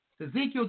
Ezekiel